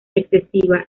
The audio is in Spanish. excesiva